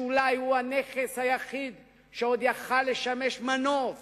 שאולי הוא הנכס היחיד שעוד יכול היה לשמש מנוף